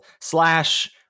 slash